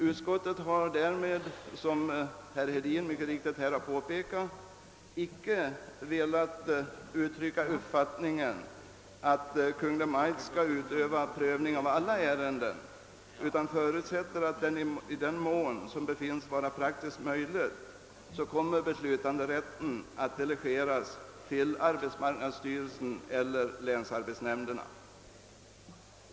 Utskottet har därmed icke, som herr Hedin mycket riktigt påpekat, velat uttrycka den uppfattningen, att Kungl. Maj:t skall pröva samtliga ärenden. Utskottet förutsätter att, i den mån så befinns vara praktiskt möjligt, beslutanderätten kommer att delegeras till arbetsmarknadsstyrelsen eller länsarbetsnämnderna.